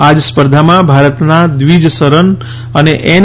આજ સ્પર્ધામાં ભારતના દ્વીજ શરન અને એન